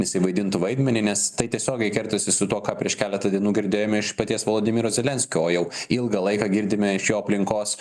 jisai vaidintų vaidmenį nes tai tiesiogiai kertasi su tuo ką prieš keletą dienų girdėjome iš paties vladimiro zelenskio o jau ilgą laiką girdime iš jo aplinkos